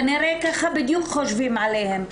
כנראה ככה בדיוק חושבים עליהם,